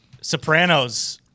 Sopranos